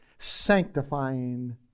sanctifying